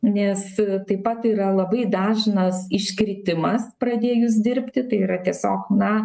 nes taip pat yra labai dažnas iškritimas pradėjus dirbti tai yra tiesiog na